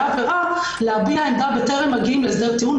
עבירה להביע עמדה בטרם מגיעים להסדר טיעון,